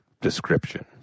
description